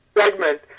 segment